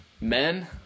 men